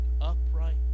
upright